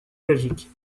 belgique